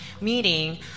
meeting